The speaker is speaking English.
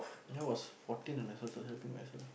I was fourteen when I start to helping myself